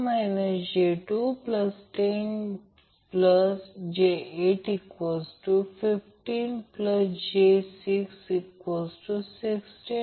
तर line current phase current magnitude आणि line voltage v 2मॅग्निट्यूड Vab Vbc Vca म्हणजे ते सर्व समान आहेत